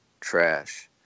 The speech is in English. trash